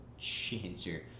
chancer